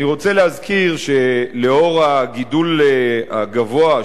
אני רוצה להזכיר שלאור הגידול הגבוה,